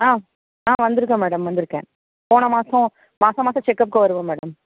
ஆ ஆ வந்துருக்கேன் மேடம் வந்துருக்கேன் போன மாதம் மாதம் மாதம் செக்அப்க்கு வருவேன் மேடம்